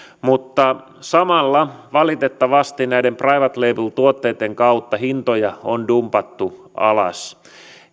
mutta samalla valitettavasti näiden private label tuotteitten kautta hintoja on dumpattu alas